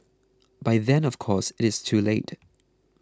by then of course it is too late